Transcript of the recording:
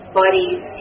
bodies